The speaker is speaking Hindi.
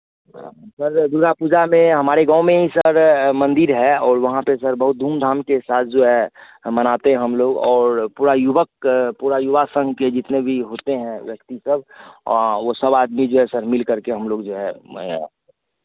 सर दुर्गा पूजा में हमारे गाँव में ही सर मंदिर है और वहाँ पे सर बहुत धूमधाम के साथ जो है मनाते हम लोग और पूरा युवक पूरा युवा संघ के जितने भी होते हैं व्यक्ति सब वो सब आदमी जो है सर मिलकर के हम लोग जो है